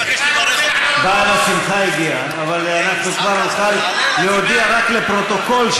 עכשיו הבקשה של משרד המשפטים היא להעביר עוד סדרה של